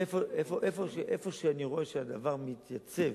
איפה שאני רואה שהדבר מתייצב,